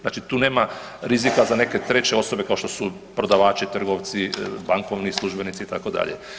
Znači tu nema rizika za neke treće osobe kao što su prodavači, trgovci, bankovni službenici itd.